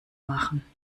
machen